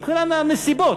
מבחינת הנסיבות,